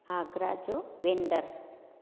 आगरा जो वेदर